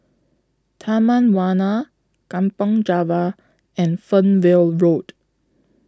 Taman Warna Kampong Java and Fernvale Road